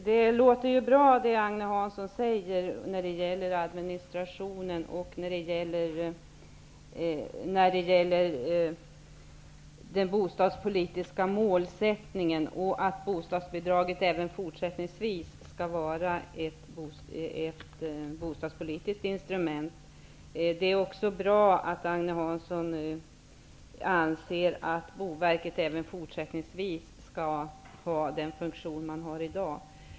Fru talman! Det Agne Hansson säger om administrationen, om den bostadspolitiska målsättningen och att bostadsbidraget även fortsättningsvis skall vara ett bostadspolitiskt instrument låter ju bra. Det är också bra att Agne Hansson anser att Boverket även fortsättningsvis skall ha den funktion man har i dag.